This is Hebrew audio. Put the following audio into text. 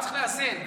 צריך לאזן.